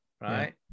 right